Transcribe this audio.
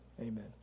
amen